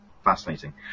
fascinating